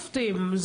האיירסופטים,